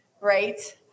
right